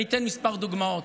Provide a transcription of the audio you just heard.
אני אתן כמה דוגמאות.